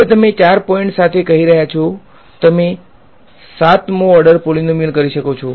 હવે તમે 4 પોઈન્ટ સાથે કહી રહ્યા છો કે તમે 7મો ઓર્ડર પોલીનોમીયલ કરી શકો છો